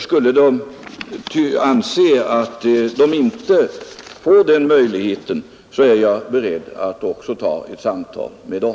Skulle de anse att man inte får den möjligheten, är jag beredd att också ta ett samtal med dem.